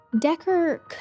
Decker